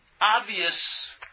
obvious